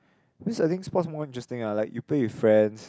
because I think sports more interesting ah like you play with friends